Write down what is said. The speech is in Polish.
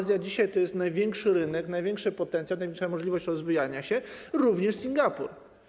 Dzisiaj Azja to jest największy rynek, największy potencjał, największa możliwość rozwijania się, również Singapur.